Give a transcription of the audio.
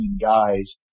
guys